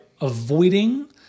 avoiding